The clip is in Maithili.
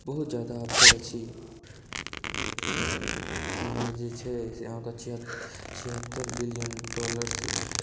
बहुत जादा अवसर अछि ओमहर जे छै से अहाँके छियै छियत्तर बिलियन डॉलर